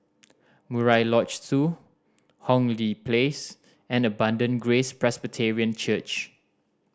Murai Lodge Two Hong Lee Place and Abundant Grace Presbyterian Church